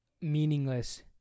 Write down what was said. meaningless